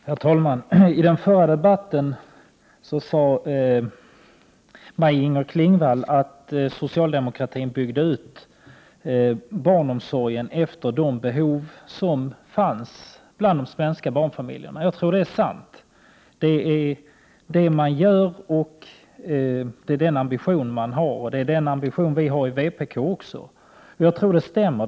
Herr talman! I den förra debatten sade Maj-Inger Klingvall att socialdemokratin bygger ut barnomsorgen efter de behov som de svenska barnfamiljerna har av barnomsorg. Jag tror att det är sant. Det är vad socialdemokraterna gör, och det är deras ambition. Den ambitionen har även vi i vpk.